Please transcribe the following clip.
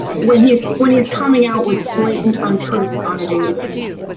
when he's, when he's coming out with blatant untruths on a daily basis.